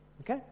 Okay